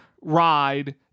ride